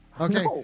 Okay